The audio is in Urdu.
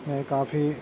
میں کافی